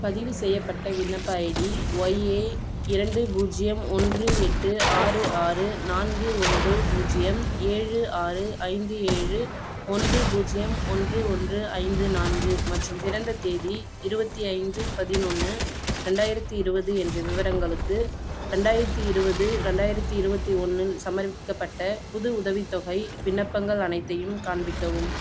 பதிவுசெய்யப்பட்ட விண்ணப்ப ID Y A இரண்டு பூஜ்ஜியம் ஒன்று எட்டு ஆறு ஆறு நான்கு ஒன்று பூஜ்ஜியம் ஏழு ஆறு ஐந்து ஏழு ஒன்று பூஜ்ஜியம் ஒன்று ஒன்று ஐந்து நான்கு மற்றும் பிறந்த தேதி இருபத்தி ஐந்து பதினொன்று ரெண்டாயிரத்தி இருபது என்ற விவரங்களுக்கு ரெண்டாயிரத்தி இருபது ரெண்டாயிரத்தி இருபத்தி ஒன்றில் சமர்ப்பிக்கப்பட்ட புது உதவித்தொகை விண்ணப்பங்கள் அனைத்தையும் காண்பிக்கவும்